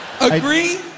Agree